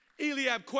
Eliab